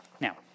Now